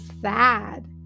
sad